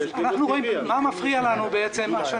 אנחנו רואים מה מפריע לנו השנה,